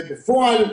ובפועל,